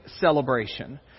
celebration